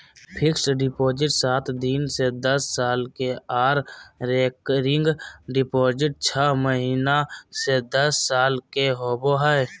fixed deposit सात दिन से दस साल के आर रेकरिंग डिपॉजिट छौ महीना से दस साल के होबय हय